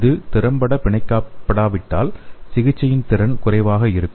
இது திறம்பட பிணைக்கப்படாவிட்டால் சிகிச்சையின் திறன் குறைவாக இருக்கும்